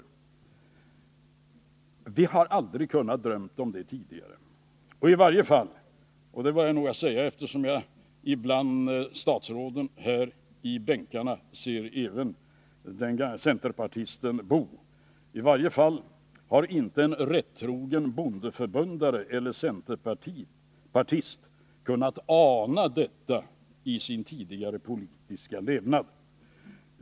Vi har aldrig kunnat drömma om detta tidigare och i varje fall — det bör jag nog säga, eftersom jag bland statsråden i bänkarna även ser centerpartisten Boo — har inte en rättrogen bondeförbundare eller centerpartist kunnat ana detta i sin tidigare politiska levnad.